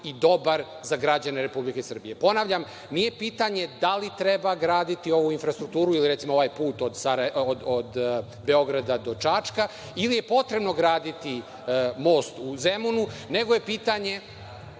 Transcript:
i dobar za građane Republike Srbije. Ponavljam, nije pitanje da li treba graditi ovu infrastrukturu ili recimo ovaj put od Beograda do Čačka, ili je potrebno graditi most u Zemunu, nego je pitanje